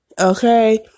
Okay